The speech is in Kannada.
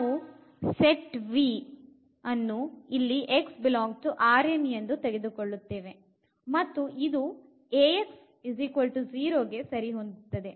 ನಾವು ಸೆಟ್ V ಇಲ್ಲಿ x∈Rn ಅನ್ನು ಇದು ಕೊಳ್ಳುತ್ತೇವೆ ಮತ್ತು ಇದು Ax0ಗೆ ಸರಿ ಹೊಂದುತ್ತದೆ